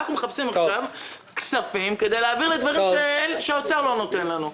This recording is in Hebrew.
אנחנו מחפשים אותם כספים כדי להעביר לדברים שהאוצר לא נותן לנו,